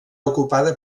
ocupada